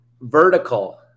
vertical